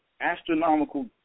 astronomical